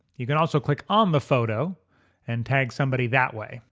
yeah can also click on the photo and tag somebody that way.